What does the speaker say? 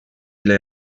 ile